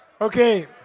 Okay